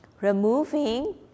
removing